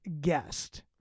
guest